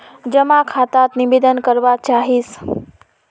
जमा खाता त निवेदन करवा चाहीस?